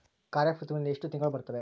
ಖಾರೇಫ್ ಋತುವಿನಲ್ಲಿ ಎಷ್ಟು ತಿಂಗಳು ಬರುತ್ತವೆ?